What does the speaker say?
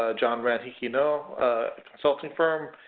ah john ran hikino consulting firm,